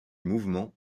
mouvement